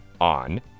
on